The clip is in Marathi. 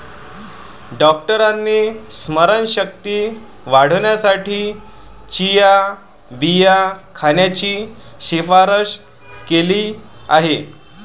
डॉक्टरांनी स्मरणशक्ती वाढवण्यासाठी चिया बिया खाण्याची शिफारस केली आहे